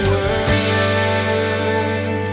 Word